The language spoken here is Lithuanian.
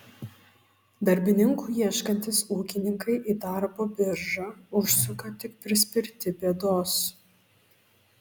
darbininkų ieškantys ūkininkai į darbo biržą užsuka tik prispirti bėdos